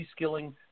reskilling